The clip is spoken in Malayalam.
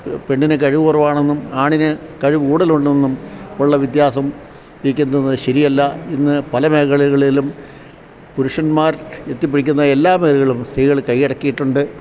പെണ്ണിന് കഴിവു കുറവാണെന്നും ആണിന് കഴിവു കൂടുതലുണ്ടെന്നും ഉള്ള വ്യത്യാസം ശരിയല്ല ഇന്നു പല മേഖലകളിലും പുരുഷന്മാർ എത്തിപ്പടിക്കുന്ന എല്ലാ മേഖലകളും സ്ത്രീകള് കൈയടക്കിയിട്ടുണ്ട്